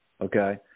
Okay